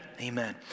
Amen